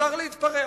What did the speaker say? מותר להתפרע,